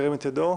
ירים את ידו.